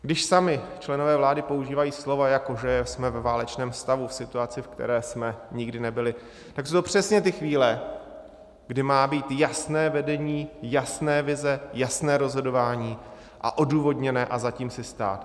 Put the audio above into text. Když sami členové vlády používají slova, jako že jsme ve válečném stavu, v situaci, ve které jsme nikdy nebyli, tak jsou to přesně ty chvíle, kdy má být jasné vedení, jasné vize, jasné rozhodování, a odůvodněné, a za tím si stát.